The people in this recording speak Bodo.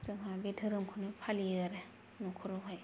जोंहा बे धोरोम खौनो फालियो आरो नखरावहाय